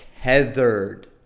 tethered